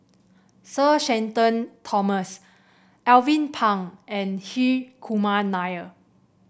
Sir Shenton Thomas Alvin Pang and Hri Kumar Nair